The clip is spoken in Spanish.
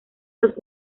los